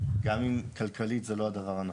גם אם כלכלית זה לא הדבר הנכון,